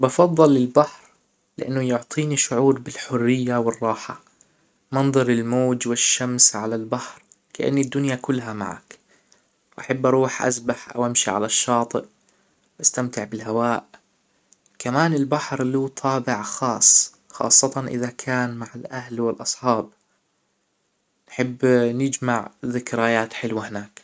بفضل البحر لأنه يعطينى شعور بالحرية والراحة منظر الموج و الشمس على البحر كإن الدنيا كلها معك بحب أروح أسبح أو أمشي على الشاطئ أستمتع بالهواء كمان البحر له طابع خاص خاصة إذا كان مع الأهل و الأصحاب أحب نجمع ذكريات حلوة هناك.